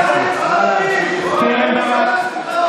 נא להמשיך.